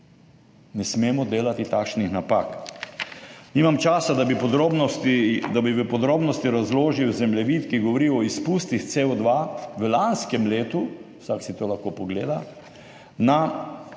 Ne smemo delati takšnih napak. Nimam časa, bi v podrobnosti razložil zemljevid, ki govori o izpustih CO2 v lanskem letu, vsak si to lahko pogleda, na